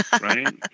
right